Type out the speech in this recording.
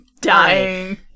dying